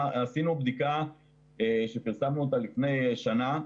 עשינו בדיקה שפרסמנו אותה לפני שנה,